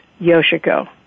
Yoshiko